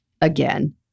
again